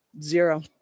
Zero